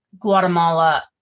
Guatemala